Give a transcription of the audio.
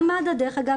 גם מד"א דרך אגב,